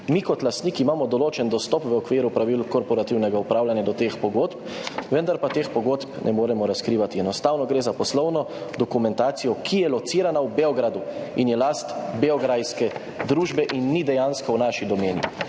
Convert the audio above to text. Mi kot lastnik imamo določen dostop v okviru pravil korporativnega upravljanja do teh pogodb, vendar pa teh pogodb ne moremo razkrivati. Enostavno gre za poslovno dokumentacijo, ki je locirana v Beogradu in je last beograjske družbe in ni dejansko v naši domeni.«